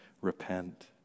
repent